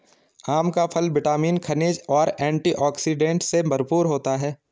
आम का फल विटामिन, खनिज और एंटीऑक्सीडेंट से भरपूर होता है